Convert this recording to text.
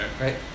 Right